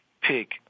pick